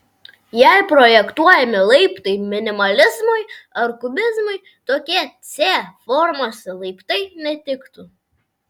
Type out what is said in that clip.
jei projektuojami laiptai minimalizmui ar kubizmui tokie c formos laiptai netiktų